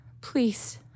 Please